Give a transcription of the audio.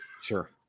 Sure